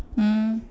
mm